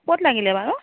ক'ত লাগিলে বাৰু